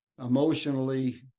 emotionally